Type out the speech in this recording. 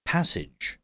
Passage